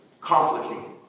complicated